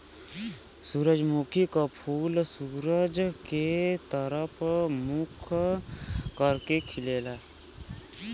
सूरजमुखी क फूल सूरज के तरफ मुंह करके खिलला